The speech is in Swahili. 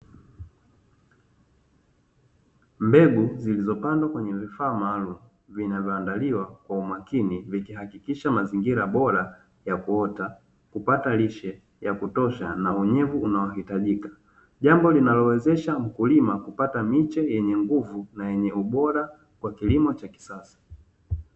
Mbegu zilizopandwa kwenye vifaa maalumu vinavyoandaliwa kwa umakini vikihakikisha mazingira bora ya kuota, kupata lishe ya kutosha na unyevu unaohitajika, jambo linalowezesha mkulima kupata miche yenye nguvu na yenye ubora kwa kilimo cha kisasa.